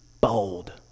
bold